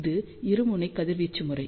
இது இருமுனை கதிர்வீச்சு முறை